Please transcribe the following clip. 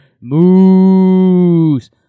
Moose